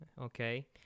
Okay